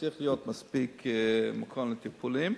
צריך להיות מספיק מקום לטיפולים.